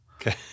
Okay